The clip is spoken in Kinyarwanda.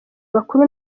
bakuru